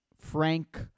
Frank